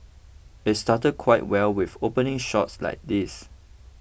it started quite well with opening shots like these